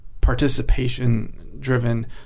participation-driven